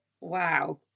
wow